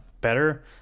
Better